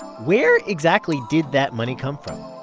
where exactly did that money come from?